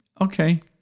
Okay